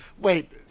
wait